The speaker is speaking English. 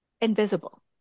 invisible